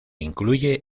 incluye